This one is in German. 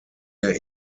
der